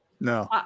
No